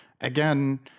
again